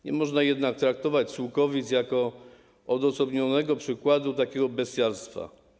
Nie można jednak traktować Sułkowic jako odosobnionego przykładu takiego bestialstwa.